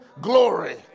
glory